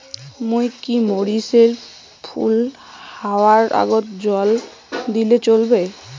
মুই কি মরিচ এর ফুল হাওয়ার আগত জল দিলে চলবে?